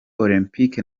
olempike